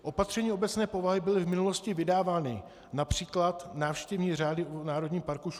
Opatření obecné povahy byla v minulosti vydávána, například návštěvní řády Národního parku Šumava.